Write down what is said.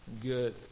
Good